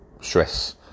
stress